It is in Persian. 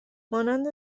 مانند